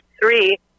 three